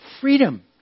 freedom